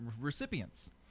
recipients